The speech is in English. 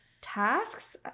tasks